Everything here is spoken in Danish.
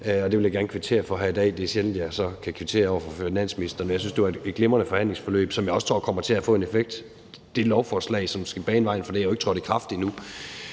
det vil jeg gerne kvittere for her i dag. Det er sjældent, jeg kan kvittere over for finansministeren, men jeg synes, det var et glimrende forhandlingsforløb, som jeg også tror kommer til at få en effekt. Det lovforslag, som skal bane vejen for det, er jo ikke trådt i kraft endnu.